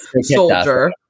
soldier